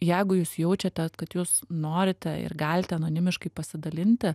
jeigu jūs jaučiate kad jūs norite ir galite anonimiškai pasidalinti